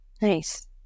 Nice